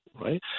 Right